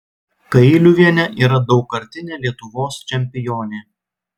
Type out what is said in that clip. kailiuvienė yra daugkartinė lietuvos čempionė